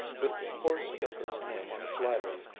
with horace gilbert's name on the fly-leaf,